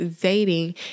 dating